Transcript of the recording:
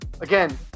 again